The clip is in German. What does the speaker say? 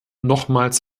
nochmals